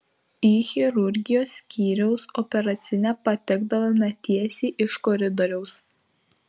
į chirurgijos skyriaus operacinę patekdavome tiesiai iš koridoriaus